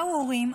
באו הורים,